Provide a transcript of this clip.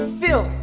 feel